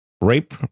rape